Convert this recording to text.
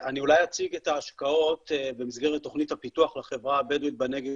אני אולי אציג את ההשקעות במסגרת תוכנית הפיתוח לחברה הבדואית בנגב